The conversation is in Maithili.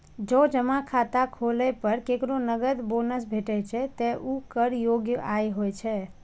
जौं जमा खाता खोलै पर केकरो नकद बोनस भेटै छै, ते ऊ कर योग्य आय होइ छै